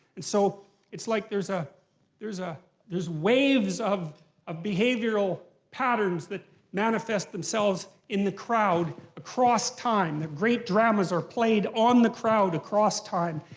and so it's like there's ah there's ah waves of ah behavioral patterns that manifest themselves in the crowd across time. the great dramas are played on the crowd across time.